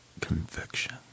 conviction